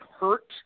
hurt